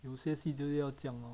有些戏就是要这样 lor